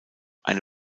eine